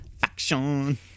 Faction